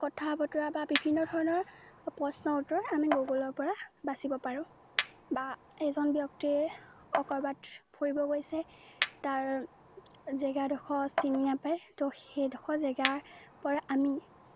কথা বতৰা বা বিভিন্ন ধৰণৰ প্ৰশ্নৰ উত্তৰ আমি গুগুলৰ পৰা বাচিব পাৰোঁ বা এজন ব্যক্তিৰ অ ক'ৰবাত ফুৰিব গৈছে তাৰ জেগাডোখৰ চিনি নাপায় তো সেইডোখৰ জেগাৰ পৰা আমি